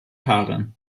karen